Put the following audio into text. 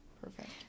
Perfect